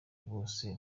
bose